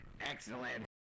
excellent